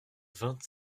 vingt